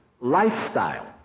lifestyle